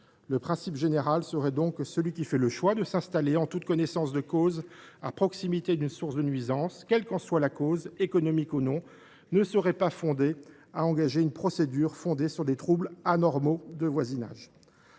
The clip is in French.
Le principe général serait ainsi le suivant : celui qui choisit de s’installer, en toute connaissance de cause, à proximité d’une source de nuisances, quelle qu’en soit la cause, économique ou non, ne peut pas engager une procédure fondée sur les troubles anomaux de voisinage.